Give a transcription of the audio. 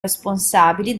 responsabili